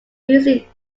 using